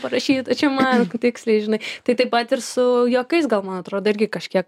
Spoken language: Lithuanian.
parašyta man tiksliai žinai tai taip pat ir su juokais gal man atrodo irgi kažkiek